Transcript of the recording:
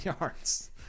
yards